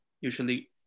usually